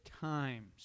Times